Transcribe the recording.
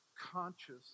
conscious